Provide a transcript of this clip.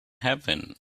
heaven